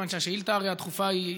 מכיוון שהשאילתה הדחופה, הרי היא